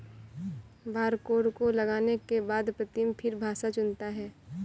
barcode को लगाने के बाद प्रीतम फिर भाषा चुनता है